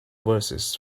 verses